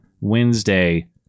wednesday